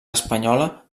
espanyola